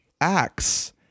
acts